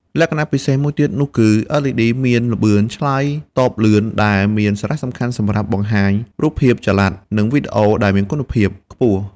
ចុងក្រោយបង្អស់LED អាចត្រូវបានគ្រប់គ្រង និងបត់បែនកម្រិតពន្លឺបានយ៉ាងងាយស្រួល ដើម្បីសម្របសម្រួលនឹងបរិយាកាសនានា។